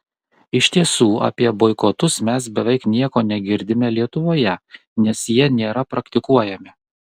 iš tiesų apie boikotus mes beveik nieko negirdime lietuvoje nes jie nėra praktikuojami